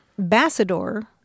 Bassador